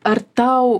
ar tau